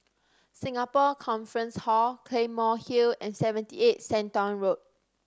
Singapore Conference Hall Claymore Hill and Seventy Eight Shenton Way